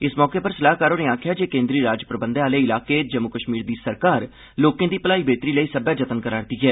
इस मौके पर सलाहकार होरें आक्खेआ जे केंद्रीय राज प्रबंध आले इलाके जम्मू कश्मीर दी सरकार लोकें दी भलाई बेहतरी लेई सब्बै जत्न करा'रदी ऐ